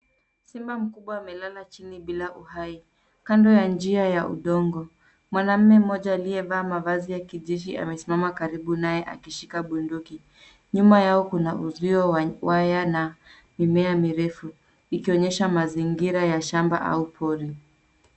Simba mkubwa amelala chini bila uhai kando ya njia ya udongo. Mwanaume mmoja aliyevaa mavazi ya kijeshi amesimama karibu naye akishika bunduki. Nyuma yao kuna uzio wa waya na mimea mirefu ikionyesha mazingira ya shamba au pori.